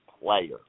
player